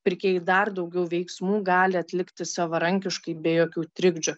pirkėjai dar daugiau veiksmų gali atlikti savarankiškai be jokių trikdžių